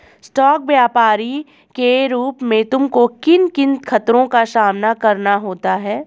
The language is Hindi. स्टॉक व्यापरी के रूप में तुमको किन किन खतरों का सामना करना होता है?